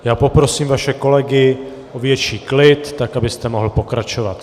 Já poprosím vaše kolegy o větší klid, tak abyste mohl pokračovat.